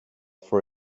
for